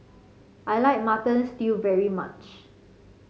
I like Mutton Stew very much